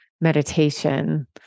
meditation